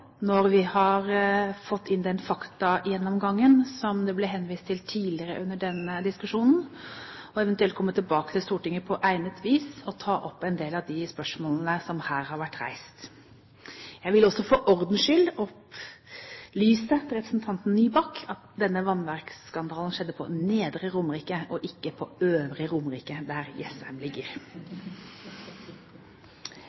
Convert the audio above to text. når vi har fått inn den faktagjennomgangen som det ble henvist til tidligere under denne diskusjonen, og eventuelt komme tilbake til Stortinget på egnet vis og ta opp en del av de spørsmålene som her har vært reist. Jeg vil også for ordens skyld opplyse til representanten Nybakk at vannverksskandalen skjedde på Nedre Romerike og ikke på Øvre Romerike, der Jessheim ligger.